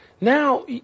Now